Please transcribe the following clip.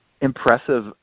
impressive